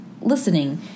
listening